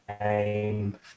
game